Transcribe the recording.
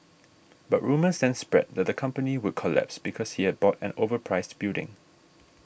but rumours then spread that the company would collapse because he had bought an overpriced building